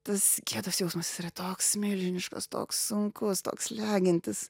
tas gėdos jausmas jis yra toks milžiniškas toks sunkus toks slegiantis